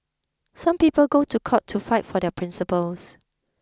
some people go to court to fight for their principles